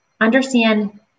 understand